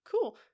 Cool